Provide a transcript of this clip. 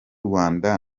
rwanda